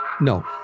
No